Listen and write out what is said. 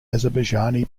azerbaijani